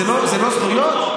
זה לא זכויות?